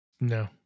No